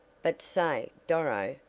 but say, doro,